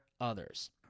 others